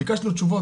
ביקשנו תשובות,